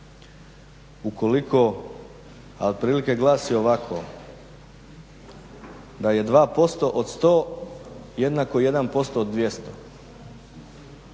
Ukoliko, a otprilike glasi ovako da je 2% od 100 jednako 1% od 200,